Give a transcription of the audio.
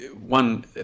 one